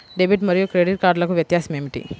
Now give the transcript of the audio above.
Debit మరియు credit కార్డ్లకు వ్యత్యాసమేమిటీ?